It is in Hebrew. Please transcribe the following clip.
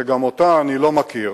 שגם אותה אני לא מכיר,